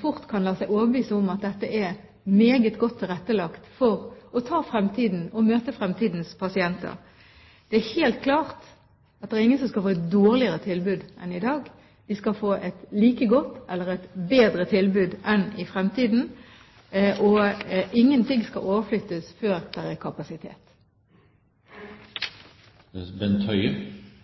fort kan la seg overbevise om at dette er meget godt tilrettelagt for å møte fremtidens pasienter. Det er helt klart at ingen skal få et dårligere tilbud enn i dag. De skal få et like godt eller et bedre tilbud i fremtiden, og ingenting skal overflyttes før det er kapasitet.